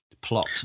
plot